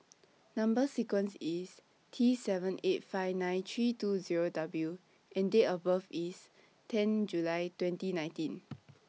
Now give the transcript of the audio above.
Number sequence IS T seven eight five nine three two Zero W and Date of birth IS ten July twenty nineteen